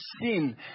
sin